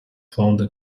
founded